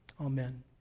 Amen